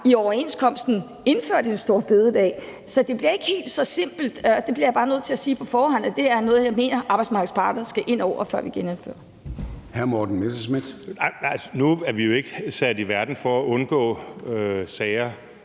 i overenskomsterne har indført en store bededag. Så det bliver ikke helt så simpelt. Jeg bliver bare nødt til at sige på forhånd, at det her er noget, jeg mener arbejdsmarkedets parter skal ind over, før vi genindfører noget. Kl. 14:27 Formanden